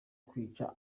kwica